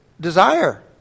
Desire